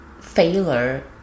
failure